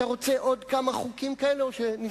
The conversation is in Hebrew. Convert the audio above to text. אתה רוצה עוד כמה חוקים כאלה, או שנסתפק?